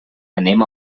anem